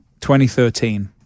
2013